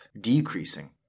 decreasing